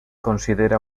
considera